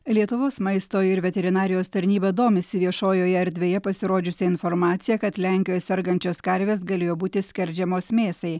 lietuvos maisto ir veterinarijos tarnyba domisi viešojoje erdvėje pasirodžiusia informacija kad lenkijoje sergančios karvės galėjo būti skerdžiamos mėsai